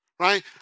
right